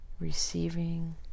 receiving